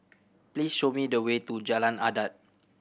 please show me the way to Jalan Adat